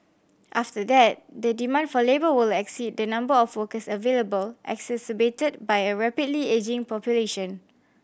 after that the demand for labour will exceed the number of workers available exacerbated by a rapidly ageing population